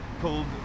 called